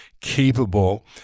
capable